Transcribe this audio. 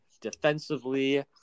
defensively